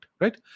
right